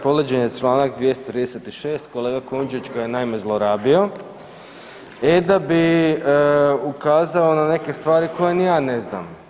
Povrijeđen je Članak 236., kolega Kujundžić ga je naime zlorabio, e da bi ukazao na neke stvari koje ni ja ne znam.